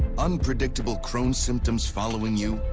unpredictable crohn's symptoms following you?